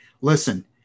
listen